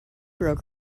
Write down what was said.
broke